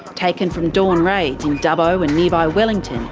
taken from dawn raids in dubbo and nearby wellington,